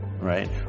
right